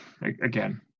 again